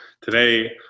today